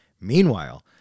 Meanwhile